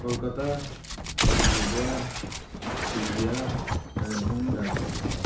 Calcutta Alipurduar Coochbehar Kalimpong Darjeeling